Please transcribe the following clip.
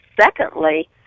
secondly